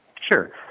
Sure